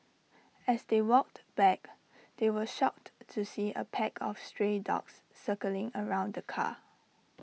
as they walked back they were shocked to see A pack of stray dogs circling around the car